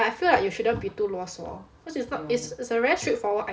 but I feel like you shouldn't be too 啰嗦 cause it's not it's a very straightforward idea